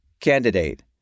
Candidate